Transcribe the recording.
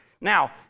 Now